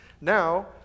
now